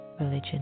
religion